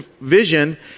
vision